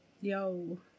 Yo